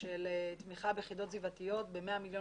תמיכה ביחידות סביבתיות בסכום של 100 מיליון